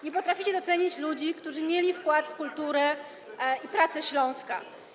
Nie potraficie docenić ludzi, którzy mieli wkład w kulturę i pracę Śląska.